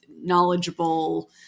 knowledgeable